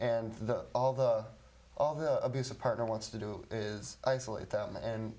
and the all the all the abusive partner wants to do is isolate them and